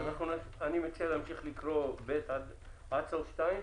אני מציע להמשיך לקרוא עד סוף 2,